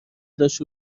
داشت